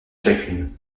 chacune